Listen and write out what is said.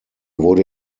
wurde